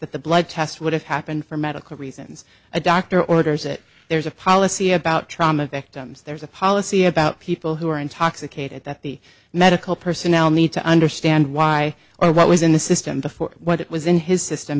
that the blood test would have happened for medical reasons a doctor orders it there's a policy about trauma victims there's a policy about people who are intoxicated that the medical personnel need to understand why or what was in the system before what it was in his system